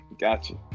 Gotcha